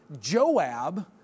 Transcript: Joab